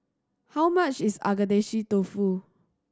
how much is Agedashi Dofu